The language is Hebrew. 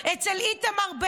אצל עמר בר לב,